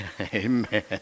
Amen